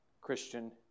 Christian